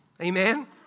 amen